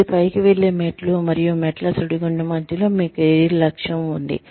ఇది పైకి వెళ్లే మెట్లు మరియు మెట్ల సుడిగుండం మధ్యలో మీ కెరీర్ లక్ష్యం ఉంది